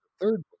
third